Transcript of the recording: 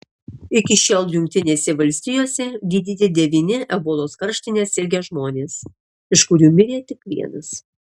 iki šiol jungtinėse valstijose gydyti devyni ebolos karštine sirgę žmonės iš kurių mirė tik vienas